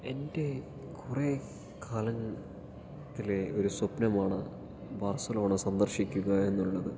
എൻ്റെ കുറെ കാലത്തിലെ ഒരു സ്വപ്നമാണ് ബാർസലോണ സന്ദർശിക്കുക എന്നുള്ളത്